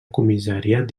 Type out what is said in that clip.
comissariat